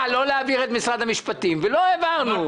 לא להעביר את משרד המשפטים ולא העברנו.